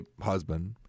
husband